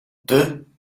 deux